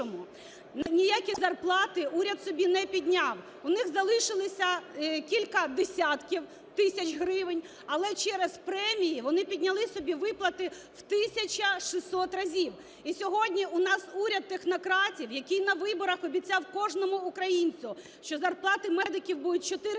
ніякі зарплати уряд собі не підняв, у них залишилося кілька десятків тисяч гривень, але через премії вони підняли собі виплати в 1 тисячу 600 разів, і сьогодні у нас уряд технократів, який на виборах обіцяв кожному українцю, що зарплати медиків будуть 4